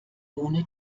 ohne